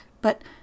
but